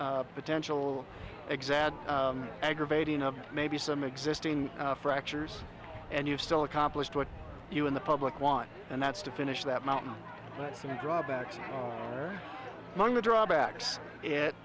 last potential exam aggravating of maybe some existing fractures and you've still accomplished what you in the public want and that's to finish that mountain some drawbacks among the drawbacks it